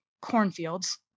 cornfields